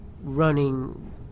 running